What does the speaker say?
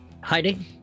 Hiding